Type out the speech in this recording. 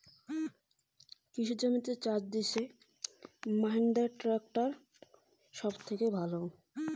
কৃষি জমিতে চাষ দিতে কোন ট্রাক্টর সবথেকে ভালো?